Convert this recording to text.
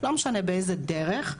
לא משנה באיזה דרך,